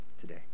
today